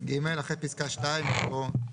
(ג)אחרי פסקה (2) יבוא: